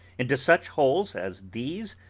into such holes as these?